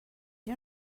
you